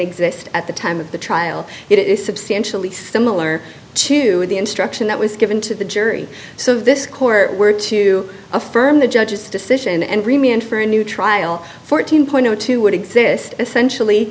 exist at the time of the trial it is substantially similar to the instruction that was given to the jury so this court were to affirm the judge's decision and remain for a new trial fourteen dollars would exist essentially